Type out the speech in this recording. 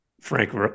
Frank